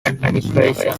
administration